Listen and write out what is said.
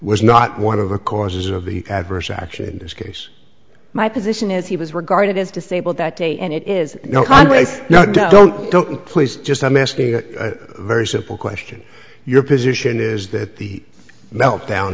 was not one of a causes of the adverse action in this case my position is he was regarded as disabled that day and it is no highways no don't don't please just i'm asking a very simple question your position is that the meltdown